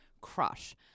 crush